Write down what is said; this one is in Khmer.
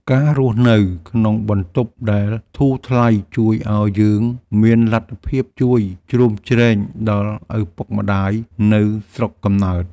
ការរស់នៅក្នុងបន្ទប់ដែលធូរថ្លៃជួយឱ្យយើងមានលទ្ធភាពជួយជ្រោមជ្រែងដល់ឪពុកម្ដាយនៅស្រុកកំណើត។